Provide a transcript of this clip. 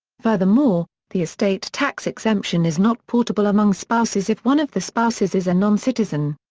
furthermore, the estate tax exemption is not portable among spouses if one of the spouses is a noncitizen.